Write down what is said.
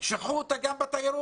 את נצרת שכחו גם בתיירות,